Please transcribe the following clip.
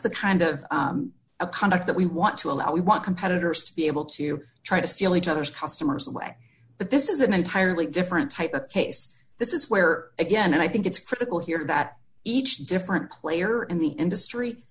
the kind of a conduct that we want to allow we want competitors to be able to try to steal each other's customers away but this is an entirely different type of case this is where again and i think it's critical here that each different player in the industry